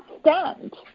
stand